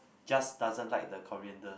just doesn't like the coriander